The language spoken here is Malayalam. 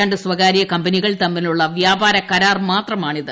രണ്ട് സ്വകാര്യ കമ്പനികൾ തമ്മിലുള്ള വ്യാപാര കരാർ മാത്രമാണിത്